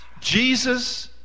jesus